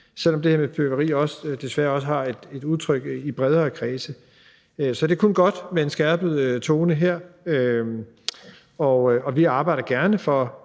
selv om det her med fyrværkeri desværre også er kommet til udtryk i bredere kredse. Så det er kun godt med en skærpet tone her. Vi arbejder gerne for